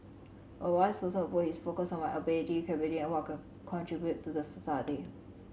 a wise person will put his focus on my ability capability and what I can contribute to the society